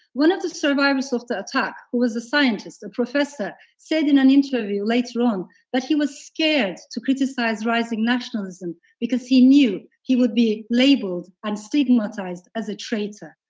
one of the survivors of the attack was the scientist, a professor, said in an interview later on that he was scared to criticize rising nationalism because he knew he would be labeled and stigmatized as a traitor.